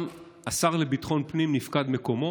גם השר לביטחון פנים, נפקד מקומו.